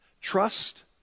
trust